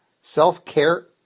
self-care